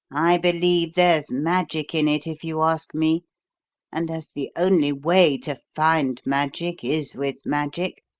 i believe there's magic in it, if you ask me and as the only way to find magic is with magic,